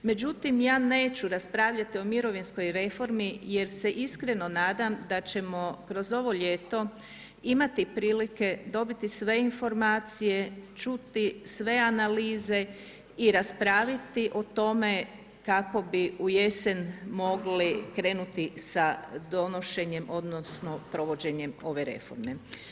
Međutim, ja neću raspravljati o mirovinskoj reformi, jer se iskreno nadam, da ćemo kroz ovo ljeto, dobiti sve informacije, čuti sve analize i raspraviti o tome, kako bi u jesen mogli krenuti sa donošenjem, odnosno, provođenjem ove reforme.